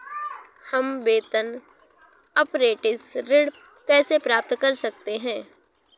हम वेतन अपरेंटिस ऋण कैसे प्राप्त कर सकते हैं?